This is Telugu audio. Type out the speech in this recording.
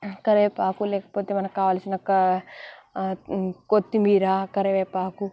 కరివేపాకు లేకపోతే మనకు కావాల్సిన కొత్తిమీర కరివేపాకు